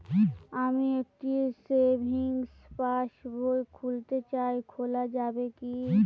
আমি একটি সেভিংস পাসবই খুলতে চাই খোলা যাবে কি?